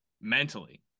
mentally